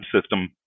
system